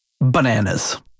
Bananas